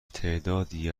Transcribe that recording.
تعدادی